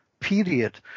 period